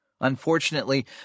Unfortunately